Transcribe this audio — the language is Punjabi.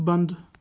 ਬੰਦ